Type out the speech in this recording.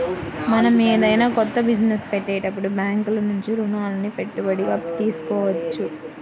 మనం ఏదైనా కొత్త బిజినెస్ పెట్టేటప్పుడు బ్యేంకుల నుంచి రుణాలని పెట్టుబడిగా తీసుకోవచ్చు